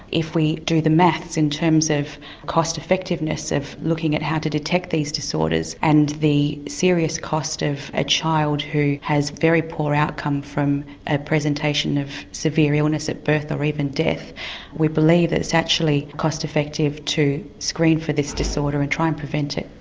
if we do the maths in terms of cost effectiveness of looking at how to detect these disorders and the serious cost of a child who has very poor outcome from a presentation of severe illness at birth or even death we believe it's actually cost effective to screen for this disorder and try and prevent it.